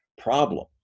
problem